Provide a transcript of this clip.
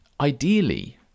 ideally